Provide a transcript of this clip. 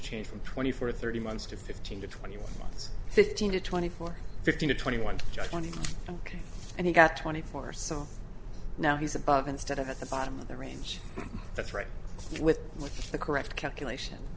interchange from twenty four thirty months to fifteen to twenty one months fifteen to twenty four fifteen to twenty one just twenty and he got twenty four so now he's above instead of at the bottom of the range that's right with the correct calculation